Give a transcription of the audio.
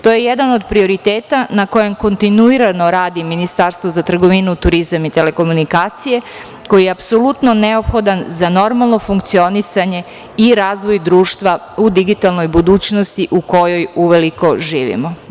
To je jedan od prioriteta na kojem kontinuirano radi Ministarstvo za trgovinu, turizam i telekomunikacije, koji je apsolutno neophodan za normalno funkcionisanje i razvoj društva u digitalnoj budućnosti u kojoj uveliko živimo.